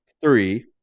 three